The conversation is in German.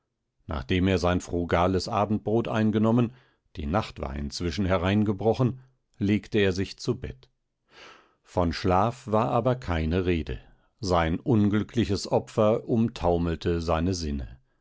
nachdem er sein frugales abendbrot eingenommen die nacht war inzwischen hereingebrochen legte er sich zu bett von schlaf war aber keine rede sein unglückliches opfer umtaumelte seine sinne